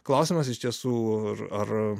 klausimas iš tiesų ir ar